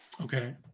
Okay